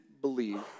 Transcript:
believe